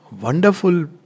wonderful